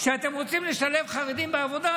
שאתם רוצים לשלב חרדים בעבודה,